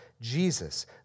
Jesus